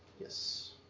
Yes